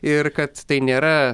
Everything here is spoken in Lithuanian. ir kad tai nėra